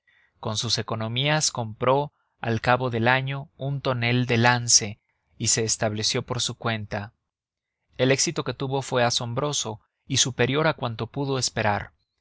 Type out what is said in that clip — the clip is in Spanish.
con sus economías compró al cabo del año un tonel de lance y se estableció por su cuenta el éxito que obtuvo fue asombroso y superior a cuanto pudo esperarse